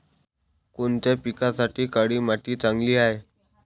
कोणत्या पिकासाठी काळी माती चांगली आहे?